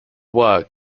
work